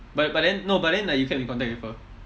but but then no but then like you kept in contact with her